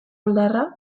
oldarra